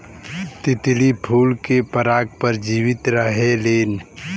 तितली फूल के पराग पर जीवित रहेलीन